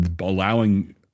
allowing –